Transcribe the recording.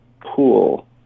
pool